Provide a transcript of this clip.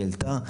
היא העלתה,